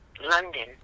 London